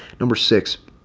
number six.